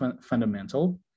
fundamental